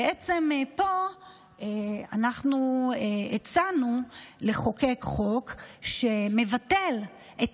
בעצם פה אנחנו הצענו לחוקק חוק שמבטל את